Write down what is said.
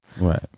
Right